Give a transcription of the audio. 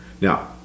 Now